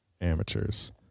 amateurs